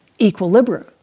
equilibrium